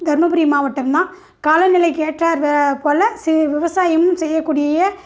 தர்மபுரி மாவட்டந்தான் காலநிலைக்கு ஏற்றார் போல சிறு விவசாயமும் செய்யக்கூடிய